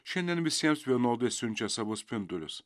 šiandien visiems vienodai siunčia savo spindulius